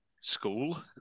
school